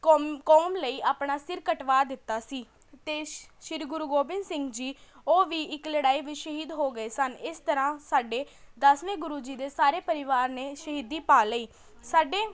ਕੌ ਕੌਮ ਲਈ ਆਪਣਾ ਸਿਰ ਕਟਵਾ ਦਿੱਤਾ ਸੀ ਅਤੇ ਸ਼ ਸ਼੍ਰੀ ਗੁਰੂ ਗੋਬਿੰਦ ਸਿੰਘ ਜੀ ਉਹ ਵੀ ਇੱਕ ਲੜਾਈ ਵਿੱਚ ਸ਼ਹੀਦ ਹੋ ਗਏ ਸਨ ਇਸ ਤਰ੍ਹਾਂ ਸਾਡੇ ਦਸਵੇਂ ਗੁਰੂ ਜੀ ਦੇ ਸਾਰੇ ਪਰਿਵਾਰ ਨੇ ਸ਼ਹੀਦੀ ਪਾ ਲਈ ਸਾਡੇ